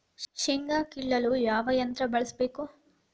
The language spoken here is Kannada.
ಶೇಂಗಾ ಕೇಳಲು ಯಾವ ಯಂತ್ರ ಬಳಸಬೇಕು?